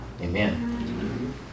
Amen